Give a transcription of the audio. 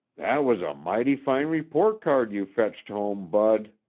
that was a mighty fine report card you fetched home, bud.